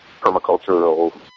permacultural